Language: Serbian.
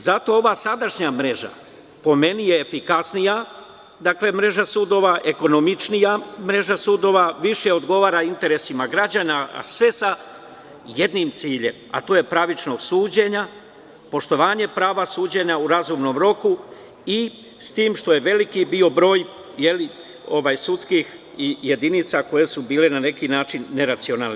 Zato ova sadašnja mreža po meni je efikasnija mreža sudova, ekonomičnija, više odgovara interesima građana, a sve sa jednim ciljem, a to je pravično suđenje, poštovanje prava suđenja u razumnom roku i s tim što je bio veliki broj sudskih jedinica koje su bile na neki način neracionalne.